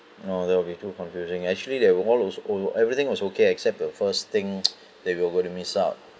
no that would be too confusing actually there were all would be smooth everything was okay except the first thing that we'll going to miss out